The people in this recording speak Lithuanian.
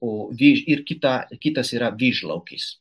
o vyž ir kita kitas yra vyžlaukis